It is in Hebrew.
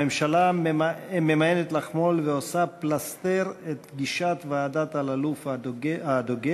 הממשלה ממאנת לחמול ועושה פלסתר את גישת ועדת אלאלוף הדוגלת,